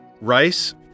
rice